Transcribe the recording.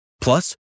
Plus